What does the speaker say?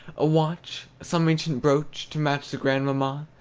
a watch, some ancient brooch to match the grandmamma,